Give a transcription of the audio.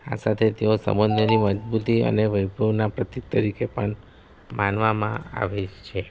આ સાથે તેઓ સંબંધોની મજબૂતી અને વૈભવના પ્રતીક તરીકે પણ માનવામાં આવે છે